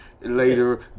later